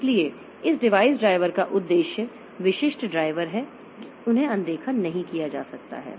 इसलिए इस device drivers का उद्देश्य विशिष्ट ड्राइवर हैं उन्हें अनदेखा नहीं किया जा सकता है